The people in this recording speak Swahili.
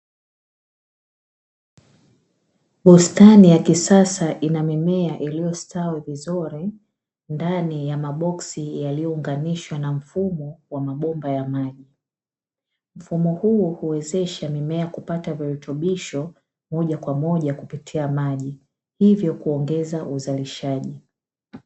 Bustani ya kisasa ina mimea iliyostawi vizuri ndani ya maboksi yaliyounganishwa na mfumo wa mabomba ya maji. Mfumo huu huwezesha mimea kupata virutubisho moja kwa moja kupitia maji, hivyo kuongeza uzalishaji.